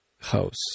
house